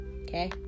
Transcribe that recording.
Okay